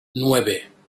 nueve